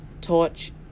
Torch